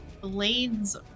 blades